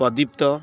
Pradipta